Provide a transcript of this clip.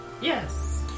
Yes